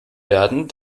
werden